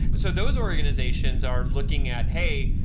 so those organizations are looking at hey,